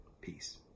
Peace